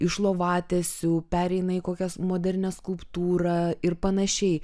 iš lovatiesių pereina į kokias modernią skulptūrą ir panašiai